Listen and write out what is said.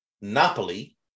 Napoli